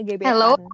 Hello